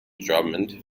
drummond